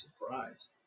surprised